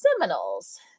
seminoles